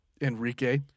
Enrique